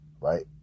Right